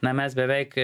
mes beveik